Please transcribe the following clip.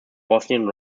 bosnian